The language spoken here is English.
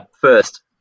first